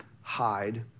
hide